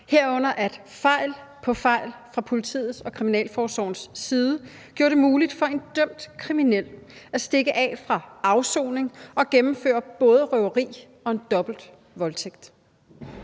herunder at fejl på fejl fra politiets og kriminalforsorgens side gjorde det muligt for en dømt kriminel at stikke af fra afsoning og gennemføre både et røveri og en dobbelt voldtægt?